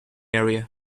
area